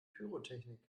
pyrotechnik